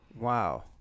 Wow